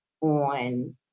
on